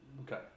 Okay